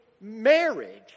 marriage